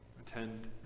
attend